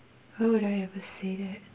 why would I ever say that